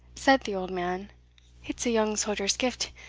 said the old man it's a young soldier's gift,